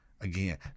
again